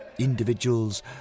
individuals